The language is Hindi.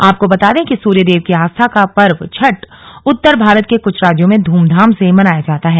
आपको बता दें कि सूर्यदेव की आस्था का पर्व छठ उत्तर भारत के कुछ राज्यों में धूमधाम से मनाया जाता है